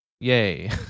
Yay